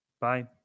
Bye